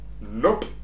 Nope